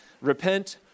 repent